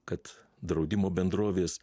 kad draudimo bendrovės